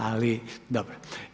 Ali dobro.